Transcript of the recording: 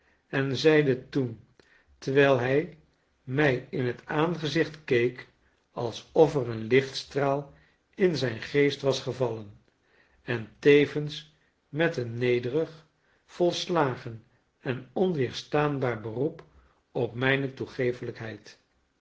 en zeide toen terwijl hij mij in het aangezicht keek alsof er een lichtstraal in zijn geest was gevallen en tevens met een nederig volslagen en onweerstaanbaar beroep op myne